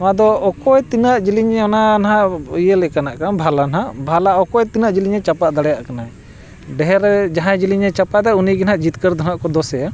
ᱱᱚᱣᱟ ᱫᱚ ᱚᱠᱚᱭ ᱛᱤᱱᱟᱹᱜ ᱡᱤᱞᱤᱧ ᱚᱱᱟ ᱱᱟᱜ ᱤᱭᱟᱹ ᱞᱮᱠᱟᱱᱟᱜ ᱠᱟᱱᱟ ᱵᱷᱟᱞᱟ ᱱᱟᱜ ᱵᱷᱟᱞᱟ ᱚᱠᱚᱭ ᱛᱤᱱᱟᱹᱜ ᱡᱤᱞᱤᱧᱮ ᱪᱟᱯᱟᱫ ᱫᱟᱲᱮᱭᱟᱜ ᱠᱟᱱᱟᱭ ᱰᱷᱮᱨ ᱨᱮ ᱡᱟᱦᱟᱸᱭ ᱡᱤᱞᱤᱧᱮ ᱪᱟᱯᱟᱫᱟ ᱩᱱᱤᱜᱮ ᱱᱟᱜ ᱡᱤᱛᱠᱟᱹᱨ ᱫᱚ ᱦᱟᱸᱜ ᱠᱚ ᱫᱳᱥᱮᱭᱟ